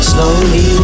Slowly